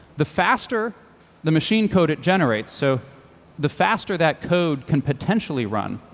the faster the machine code it generates. so the faster that code can potentially run,